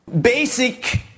basic